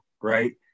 Right